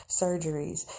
surgeries